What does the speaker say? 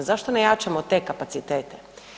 Zašto ne jačamo te kapacitete?